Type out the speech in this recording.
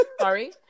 Sorry